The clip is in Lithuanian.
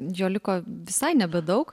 jo liko visai nebedaug